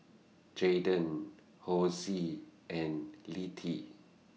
Jaiden Hosie and Littie